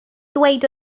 ddweud